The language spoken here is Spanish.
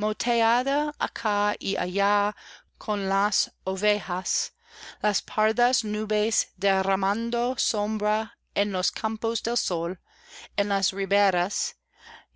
acá y allá con las ovejas las pardas nubes derramando sombra en los campos de sol en las riberas